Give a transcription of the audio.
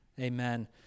Amen